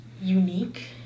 unique